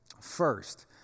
First